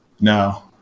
No